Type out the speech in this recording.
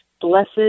blessed